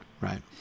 right